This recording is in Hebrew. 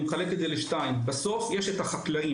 אני מחלק את זה לשניים ובסוף יש את החקלאים,